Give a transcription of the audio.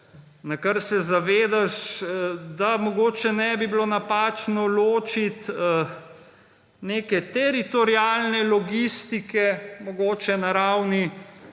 Nakar se zavedaš, da mogoče ne bi bilo napačno ločiti neke teritorialne logistike, mogoče na ravni,